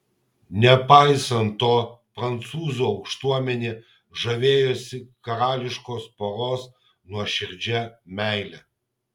nepaisant to prancūzų aukštuomenė žavėjosi karališkos poros nuoširdžia meile